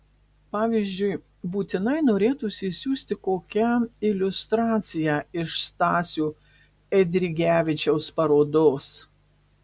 pavyzdžiui būtinai norėtųsi išsiųsti kokią iliustraciją iš stasio eidrigevičiaus parodos